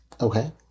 okay